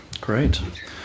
great